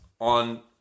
on